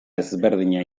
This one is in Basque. ezberdina